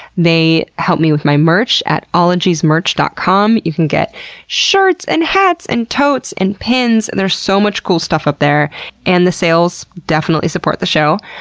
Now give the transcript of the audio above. they help me with my merch at ologiesmerch dot com. you can get shirts and hats and totes and pins. there's so much cool stuff up there and the sales definitely support the show.